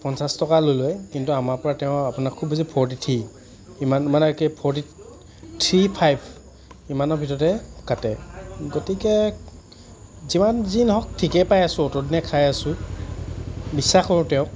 পঞ্চাছ একা লৈ লয় কিন্তু আমাৰ পৰা তেওঁ আপোনাৰ খুব বেছি ফ'ৰটি থ্ৰী ইমান মানে কি ফ'ৰটি থ্ৰী ফাইভ ইমানৰ ভিতৰতে কাটে গতিকে যিমান যি নহওঁক ঠিকে পাই আছোঁ অতদিনে খায় আছোঁ বিশ্বাস কৰোঁ তেওঁক